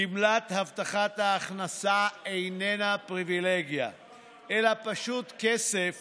גמלת הבטחת ההכנסה איננה פריבילגיה אלא פשוט כסף